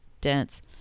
dense